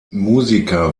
musiker